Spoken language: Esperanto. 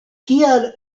kial